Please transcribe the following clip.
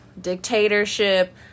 dictatorship